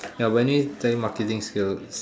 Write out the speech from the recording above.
ya we need telemarketing skills